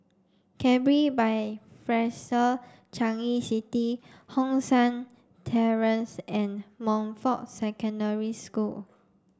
Capri by Fraser Changi City Hong San Terrace and Montfort Secondary School